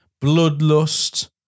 bloodlust